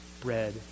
bread